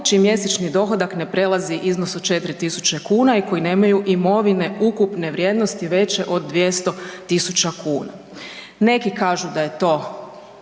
čiji mjesečni dohodak ne prelazi iznos od 4 tisuće kuna i koji nemaju imovine ukupne vrijednosti veće od 200 tisuća kuna. Neki kažu da je to